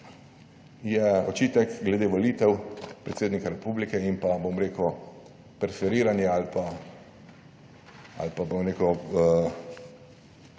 je očitek glede volitev predsednika republike in pa, bom rekel, preferiranje ali pa neenaka